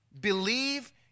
Believe